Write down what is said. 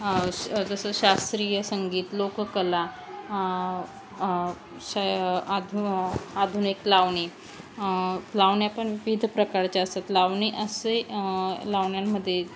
जसं शास्त्रीय संगीत लोककला शय आधु आधुनिक लावणी लावण्या पण विविध प्रकारच्या असतात लावणी असे लावण्यांमध्ये